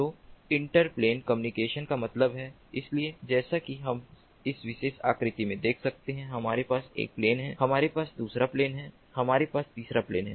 तो interplane communication का मतलब है इसलिए जैसा कि हम इस विशेष आकृति में देख सकते हैं हमारे पास एक प्लेन है हमारे पास दूसरा प्लेन है हमारे पास तीसरा प्लेन है